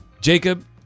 Jacob